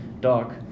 Doc